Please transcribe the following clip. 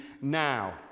now